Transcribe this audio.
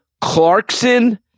Clarkson